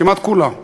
כמעט כולה.